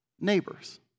neighbors